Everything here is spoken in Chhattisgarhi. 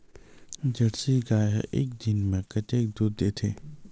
जर्सी गाय ह एक दिन म कतेकन दूध देथे?